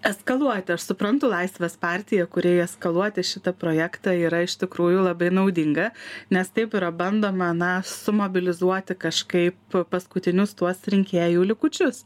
eskaluoti aš suprantu laisvės partiją kuriai eskaluoti šitą projektą yra iš tikrųjų labai naudinga nes taip yra bandoma na sumobilizuoti kažkaip paskutinius tuos rinkėjų likučius